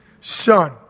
son